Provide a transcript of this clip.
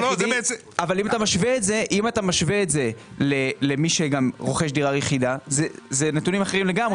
אבל אם אתה משווה את זה למי שרוכש דירה יחידה אלה נתונים אחרים לגמרי.